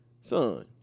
son